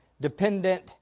dependent